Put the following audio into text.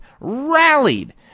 rallied